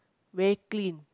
very clean